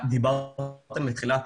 דיברת בתחילת